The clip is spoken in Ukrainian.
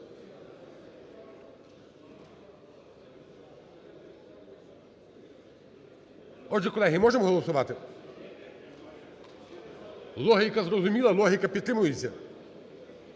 Отже, колеги, можемо голосувати. Логіка зрозуміла, логіка підтримується.